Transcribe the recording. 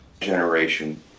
generation